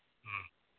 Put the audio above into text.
ꯎꯝ